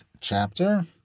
chapter